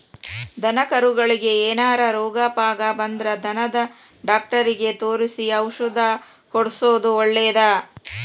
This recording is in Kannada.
ದನಕರಗಳಿಗೆ ಏನಾರ ರೋಗ ಪಾಗ ಬಂದ್ರ ದನದ ಡಾಕ್ಟರಿಗೆ ತೋರಿಸಿ ಔಷಧ ಕೊಡ್ಸೋದು ಒಳ್ಳೆದ